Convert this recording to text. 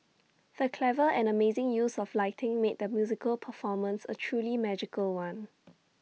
the clever and amazing use of lighting made the musical performance A truly magical one